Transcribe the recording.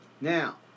Now